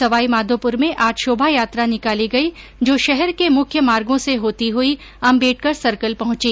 सवाईमाधोपुर में आज शोभायात्रो निकाली गई जो शहर के मुख्य मार्गो से होती हई अम्बेडकर सर्किल पहंची